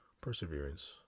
perseverance